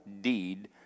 deed